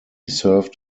served